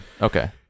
Okay